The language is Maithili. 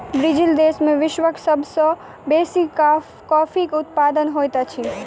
ब्राज़ील देश में विश्वक सब सॅ बेसी कॉफ़ीक उत्पादन होइत अछि